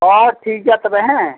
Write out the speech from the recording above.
ᱦᱳᱭ ᱴᱷᱤᱠ ᱜᱮᱭᱟ ᱛᱚᱵᱮ ᱦᱮᱸ